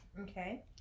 Okay